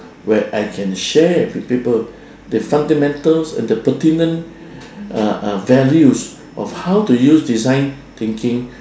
where I can share with people the fundamentals and the pertinent uh uh values of how to use design thinking